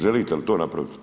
Želite li to napraviti?